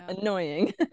annoying